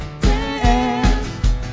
dance